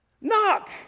Knock